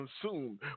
consumed